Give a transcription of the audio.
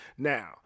Now